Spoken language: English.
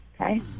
Okay